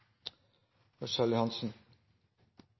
Ørsal Johansen